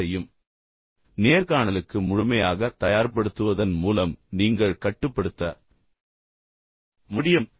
எனவே நீங்கள் மட்டுமே எப்படி கட்டுப்படுத்துவது என்பதைக் கற்றுக்கொள்ள வேண்டும் மேலும் நேர்காணலுக்கு முழுமையாகத் தயார்படுத்துவதன் மூலம் நீங்கள் கட்டுப்படுத்த முடியும்